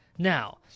Now